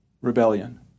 rebellion